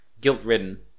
guilt-ridden